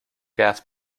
gas